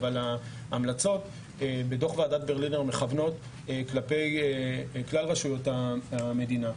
אבל ההמלצות בדוח ועדת ברלינר מכוונות כלפי כלל רשויות המדינה.